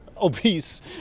obese